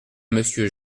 monsieur